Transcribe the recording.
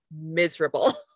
miserable